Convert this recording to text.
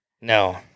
No